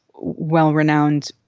well-renowned